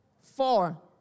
Four